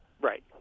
Right